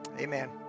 amen